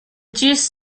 juice